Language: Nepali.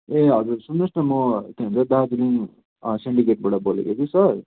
ए हजुर सुन्नुहोस् न म के भन्छ दार्जिलिङ सेन्डिकेटबाट बोलेको कि सर